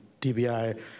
dbi